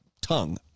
tongue